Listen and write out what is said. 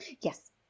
Yes